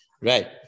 right